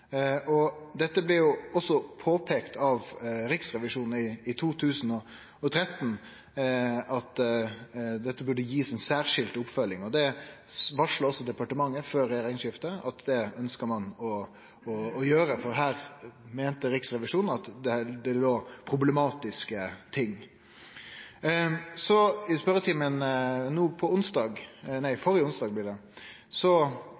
også påpeikt av Riksrevisjonen i 2013 at dette burde bli gitt ei særskilt oppfølging. Det varsla også departementet før regjeringsskiftet at ein ønskte å gjere, for her meinte Riksrevisjonen at det låg problematiske ting. I spørjetimen førre onsdag